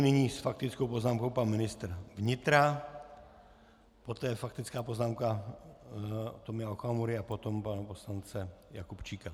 Nyní s faktickou poznámkou pan ministr vnitra, poté faktická poznámka Tomia Okamury a potom pana poslance Jakubčíka.